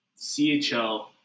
CHL